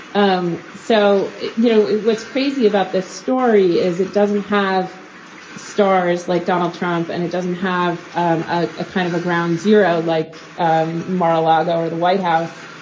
um so, you know, what's crazy about this story is it doesn't have stars like donald trump and it doesn't have a kind of a ground zero like um mar-a-lago or the white house.